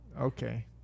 Okay